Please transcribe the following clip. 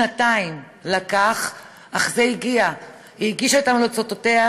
שנתיים לקח, אך זה הגיע, היא הגישה את המלצותיה,